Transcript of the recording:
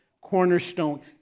cornerstone